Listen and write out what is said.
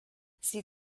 sie